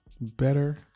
better